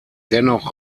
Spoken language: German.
dennoch